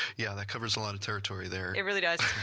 yeah, that covers a lot of territory there. it really does.